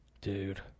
dude